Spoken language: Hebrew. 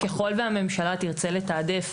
ככל והממשלה תרצה לתעדף